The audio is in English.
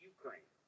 Ukraine